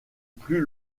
plus